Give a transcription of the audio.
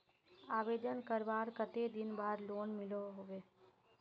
आवेदन करवार कते दिन बाद लोन मिलोहो होबे?